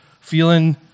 feeling